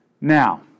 Now